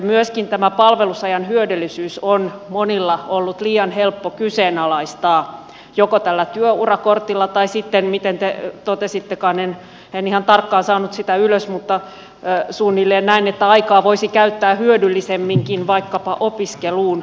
myöskin palvelusajan hyödyllisyys on monilla ollut liian helppo kyseenalaistaa joko tällä työurakortilla tai sitten miten te totesittekaan en ihan tarkkaan saanut sitä ylös mutta suunnilleen näin että aikaa voisi käyttää hyödyllisemminkin vaikkapa opiskeluun